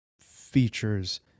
features